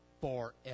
forever